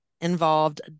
involved